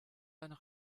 einer